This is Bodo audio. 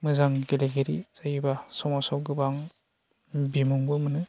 मोजां गेलेगिरि जायोब्ला समाजाव गोबां बिमुंबो मोनो